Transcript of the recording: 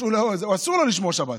אסור לו לשמור שבת.